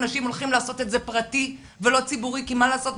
אנשים הולכים לעשות את זה פרטי ולא ציבורי כי מה לעשות?